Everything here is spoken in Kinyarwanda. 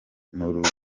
ruberwa